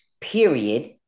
period